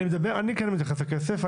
אני כן מתייחס לכסף.